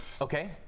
Okay